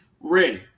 ready